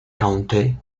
county